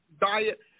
diet